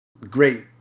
great